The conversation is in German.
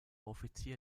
offizier